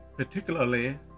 particularly